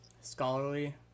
scholarly